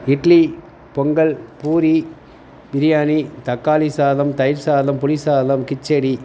இட்லி பொங்கல் பூரி பிரியாணி தக்காளி சாதம் தயிர் சாதம் புளி சாதம் கிச்சடி